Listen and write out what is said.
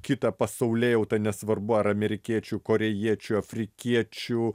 kitą pasaulėjautą nesvarbu ar amerikiečių korėjiečių afrikiečių